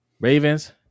Ravens